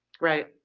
right